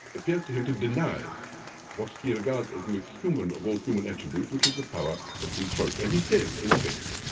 appears to him to deny what he regards as the most human of all human attributes, which is the power of free choice. and he says, in effect,